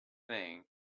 thing